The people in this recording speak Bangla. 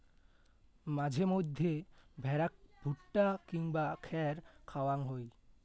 মাঝে মইধ্যে ভ্যাড়াক ভুট্টা কিংবা খ্যার খাওয়াং হই